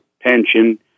pension